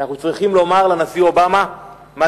שאנחנו צריכים לומר לנשיא אובמה מה